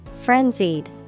frenzied